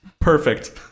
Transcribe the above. perfect